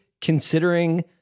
considering